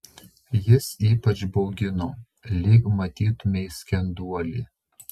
jis ypač baugino lyg matytumei skenduolį